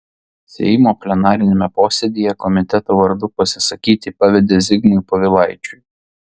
seimo plenariniame posėdyje komiteto vardu pasisakyti pavedė zigmui povilaičiui